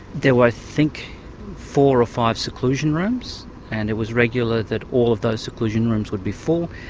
there were i think four or five seclusion rooms and it was regular that all of those seclusion rooms would be full.